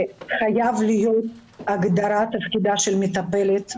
חייבת להיות הגדרה מפורטת של תפקידה של מטפלת.